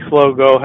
logo